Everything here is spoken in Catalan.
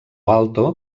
alto